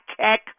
Tech